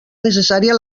necessària